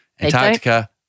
Antarctica